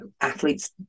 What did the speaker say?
athletes